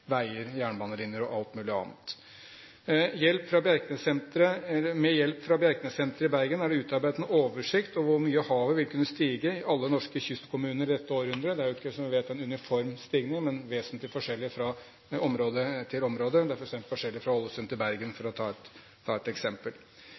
veier, jernbanelinjer og alt mulig annet. Med hjelp fra Bjerknessenteret i Bergen er det utarbeidet en oversikt over hvor mye havet vil kunne stige i alle norske kystkommuner i dette århundret. Det er jo ikke vedtatt en uniform stigning, men det er vesentlig forskjellig fra område til område. Det er f.eks. forskjellig fra Ålesund til Bergen, for